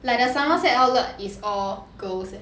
like the somerset outlet is all girls eh